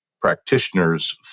practitioners